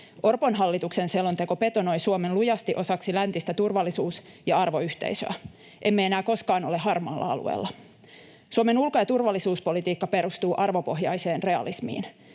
Orpon hallituksen selonteko betonoi Suomen lujasti osaksi läntistä turvallisuus- ja arvoyhteisöä. Emme enää koskaan ole harmaalla alueella. Suomen ulko- ja turvallisuuspolitiikka perustuu arvopohjaiseen realismiin.